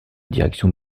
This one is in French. direction